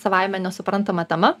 savaime nesuprantama tema